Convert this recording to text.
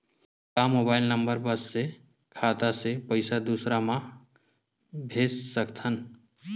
का mobile number बस से खाता से पईसा दूसरा मा भेज सकथन?